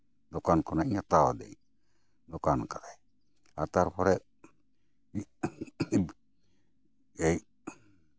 ᱫᱚᱠᱟᱱ ᱠᱷᱚᱱᱟᱜ ᱦᱟᱛᱟᱣ ᱫᱟᱹᱧ ᱫᱚᱠᱟᱱ ᱠᱟᱫᱟᱭ ᱛᱟᱨᱯᱚᱨᱮ ᱤᱧ